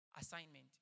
assignment